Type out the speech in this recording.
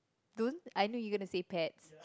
don't I know you're gonna say pets